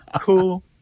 cool